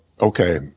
Okay